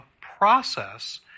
process